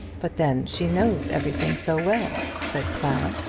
but then she knows everything so well, said clara.